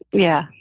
yeah.